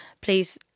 please